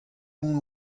mont